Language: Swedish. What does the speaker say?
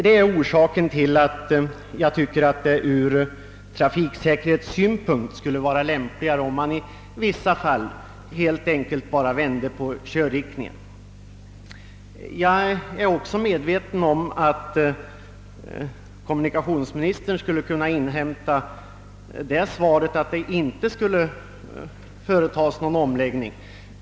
Ur trafiksäkerhetssynpunkt anser jag att det skulle vara lämpligt om man i vissa fall helt enkelt vände på körriktningen. Jag var medveten om att kommunikationsministern skulle lämna det svaret att det inte skulle företas någon omläggning.